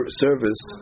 service